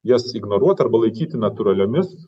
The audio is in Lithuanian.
jas ignoruot arba laikyti natūraliomis